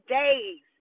days